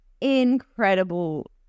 incredible